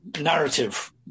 narrative